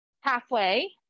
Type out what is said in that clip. Halfway